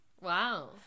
Wow